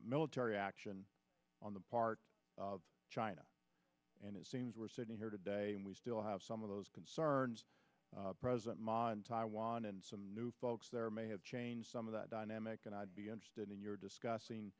military action on the part of china and it seems we're sitting here today and we still have some of those concerns present mon taiwan and some new folks there may have changed some of that dynamic and i'd be interested in your discussing